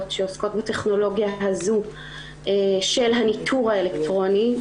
שעוסקות בטכנולוגיה הזו של הניטור האלקטרוני,